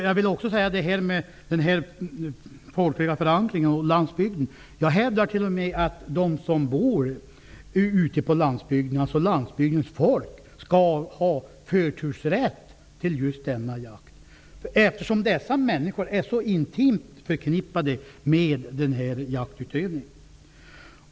Jag vill också understryka detta med landsbygden och den folkliga förankringen. Jag hävdar t.o.m. att landsbygdens folk, de som bor ute på landsbygden, skall ha förtursrätt till jakten, eftersom dessa människor är så imtimt förknippade med denna jaktutövning.